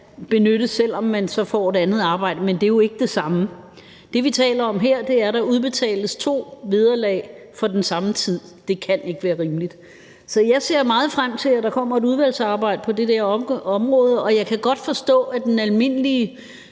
benytte, selv om man får et andet arbejde. Men det er jo ikke det samme. Det, vi taler om her, er, at der udbetales to vederlag for den samme tid. Det kan ikke være rimeligt. Så jeg ser meget frem til, at der kommer et udvalgsarbejde på det her område, og jeg kan godt forstå, at den almindelige